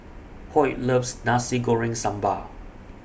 Hoyt loves Nasi Goreng Sambal